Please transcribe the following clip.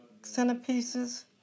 centerpieces